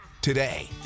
today